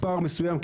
מספר מסוים,